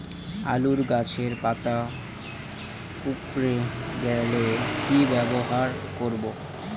আলুর গাছের পাতা কুকরে গেলে কি ব্যবহার করব?